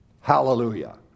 Hallelujah